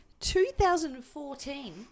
2014